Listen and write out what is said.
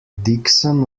dixon